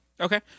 Okay